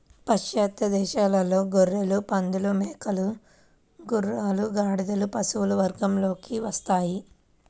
పాశ్చాత్య దేశాలలో గొర్రెలు, పందులు, మేకలు, గుర్రాలు, గాడిదలు పశువుల వర్గంలోకి వస్తాయి